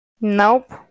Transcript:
Nope